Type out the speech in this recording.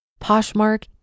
Poshmark